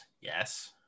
Yes